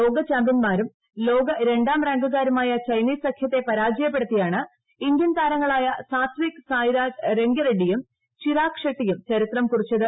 ലോക ചാമ്പൃൻമാരും ലോക രണ്ടാം റാങ്കുകാരുമായ ചൈനീസ് സഖ്യത്തെ പരാജയപ്പെടുത്തിയാണ് ഇന്ത്യൻ താരങ്ങളായ സ്വാതിക് സായരാജ് റെങ്കി റെഡ്സിയും ചിരാഗ് ഷെട്ടിയും ചരിത്രം കുറിച്ചത്